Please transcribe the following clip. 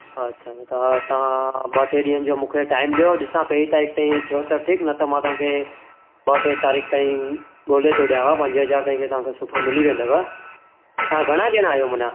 अछा छा त तव्हां ॿ टे ॾींहनि जो मूंखे टाइम ॾियो ॾिसां पहिरीं तारीख़ ताईं थियो त ठीकु न त मां तव्हांखे ॿ टे तारीख़ ताईं ॻोल्हे थो ॾियांव पंजे हज़ार ताईं जे तव्हांखे सुठो मिली वेंदव तव्हां घणा ॼणा आहियो माना